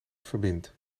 verbindt